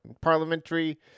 parliamentary